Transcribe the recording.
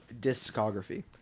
discography